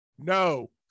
No